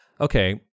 okay